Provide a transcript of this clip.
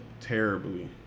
terribly